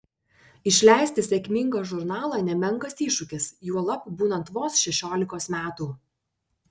išleisti sėkmingą žurnalą nemenkas iššūkis juolab būnant vos šešiolikos metų